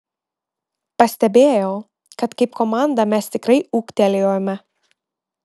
pastebėjau kad kaip komanda mes tikrai ūgtelėjome